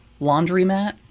Laundromat